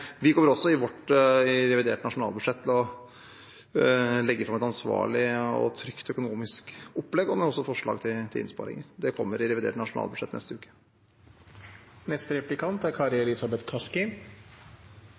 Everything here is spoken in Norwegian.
Vi kommer også i vårt reviderte nasjonalbudsjett til å legge fram et ansvarlig og trygt økonomisk opplegg, og det kommer også forslag til innsparinger. Det kommer i revidert nasjonalbudsjett neste uke. Diskusjonen om inndekning er